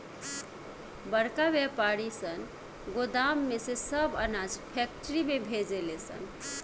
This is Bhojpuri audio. बड़का वायपारी सन गोदाम में से सब अनाज फैक्ट्री में भेजे ले सन